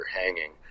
hanging